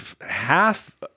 Half